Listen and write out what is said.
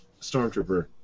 Stormtrooper